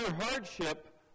hardship